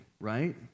right